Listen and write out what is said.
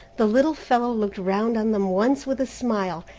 the little fellow looked round on them once with a smile,